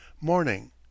Morning